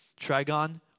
trigon